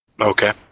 Okay